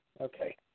okay